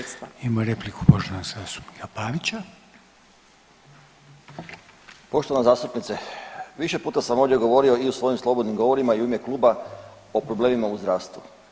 Poštovana zastupnice više puta sam ovdje govorio i u svojim slobodnim govorima i u ime kluba o problemima u zdravstvu.